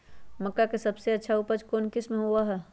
मक्का के सबसे अच्छा उपज कौन किस्म के होअ ह?